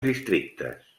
districtes